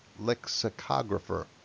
lexicographer